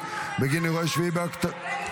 בגין אירועי 7 באוקטובר ------ זה נגד